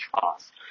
fast